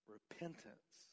Repentance